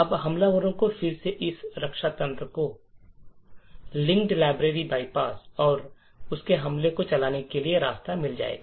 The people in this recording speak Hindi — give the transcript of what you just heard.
अब हमलावरों को फिर से इस रक्षा तंत्र को लिंकड लाइब्रेरी बाईपास और उनके हमले को चलाने के लिए रास्ता मिल जाएगा